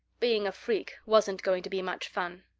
being a freak wasn't going to be much fun.